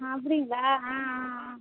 அப்படிங்களா ஆ ஆ